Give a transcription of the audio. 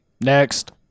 Next